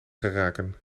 geraken